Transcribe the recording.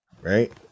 right